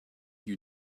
you